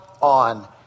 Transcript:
on